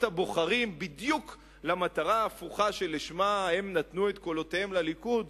הבוחרים בדיוק למטרה ההפוכה שלשמה הם נתנו את קולותיהם לליכוד?